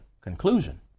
conclusion